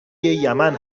یمن